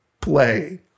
play